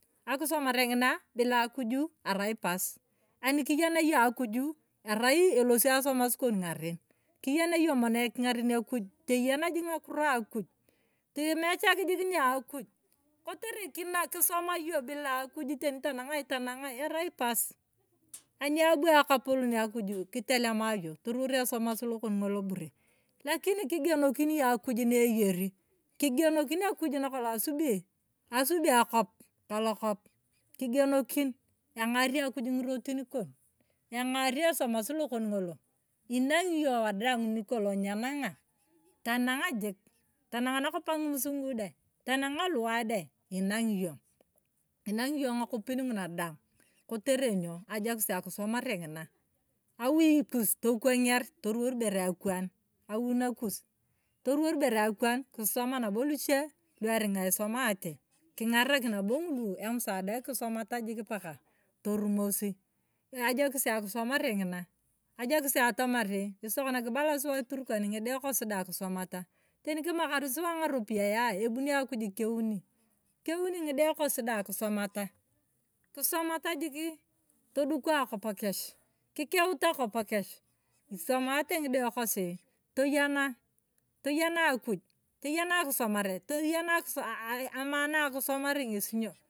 Akisomare ng'ina bila akuju arai pas anikiyen ing'o akuju arai elosi aromas kon ng'aran kiyen yongomono eking'aren akuj teyen jik ng'akiro akuj tomechak jik ni akuj kotere kinakisoma yong bila akuj teni tanang'ai tanang'ai arai pas aniabu akapolon akuj kitelema yong toruwasi esomas lokon ng'olo bure lakini kigenokin yong akuj na eyeri. kigenokin akuj nakolong asubi. asubi akop ka lokop kigenokin eng'ari akuj ng'iretin kon. engari esomas lokon ng'olo. inang'iyong wadang nikolong nyenang'a tanang njik tanang nakop ang'imusung'ui dar, tanang aluwai dai inang'iyong, inang'iyong ng'akopin ng'una daang kotere nyoo ajokir akisomare. awui kus tokwanger toruwai ibere akwaan awui nakus toruwar ibere akwaan kisisoma nabo luche iuering'a isomate king'arak nabo ng'ulu emsaada kisomata paka torumosi. ajokis akisomare ng'esi ng'ina ajokus atamari ng'esi kibalasuwa turkani ng'ide kosi dai kisomata teni kimakar suwa ng'aropiyae a ebuni akuj ikeuni. ikeuni ng'ide kosi kisomata. kisomata jik toduko akop kesh. kikeut akop kesh isomate ng'ide kosi toyana akuj. toyana akisomare. toyana akiso amaana akisomare ng'esi ny'o.